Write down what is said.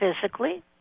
physically